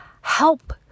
help